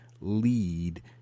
lead